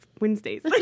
Wednesdays